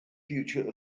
future